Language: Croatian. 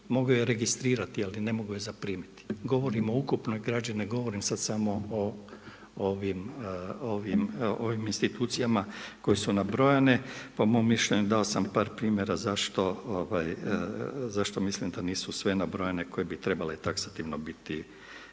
mogu je registrirati, ali ne mogu je zaprimiti. Govorimo o ukupnoj građi, ne govorim sada samo o ovim institucijama koje su nabrojane. Po mom mišljenju dao sam par primjera zašto mislim da nisu sve nabrojane koje bi trebale taksativno biti